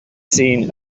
seen